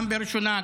גם בראשונה,